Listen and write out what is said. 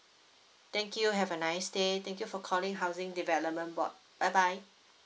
thank you have a nice day thank you for calling housing development board bye bye